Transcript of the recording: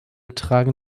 tragen